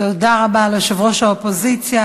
תודה רבה ליושב-ראש האופוזיציה,